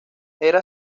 era